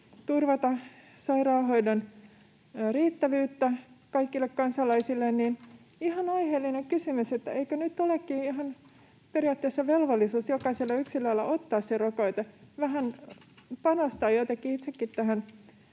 turvata sairaanhoidon riittävyyttä kaikille kansalaisille, niin ihan aiheellinen kysymys on, eikö nyt olekin ihan periaatteessa velvollisuus jokaisella yksilöllä ottaa se rokote, vähän panostaa jotenkin itsekin